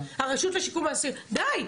די,